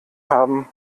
haben